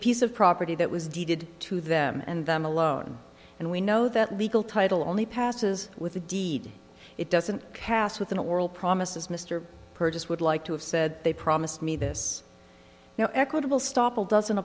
piece of property that was deeded to them and them alone and we know that legal title only passes with a deed it doesn't pass within a world promises mr purchase would like to have said they promised me this now equitable stoppel doesn't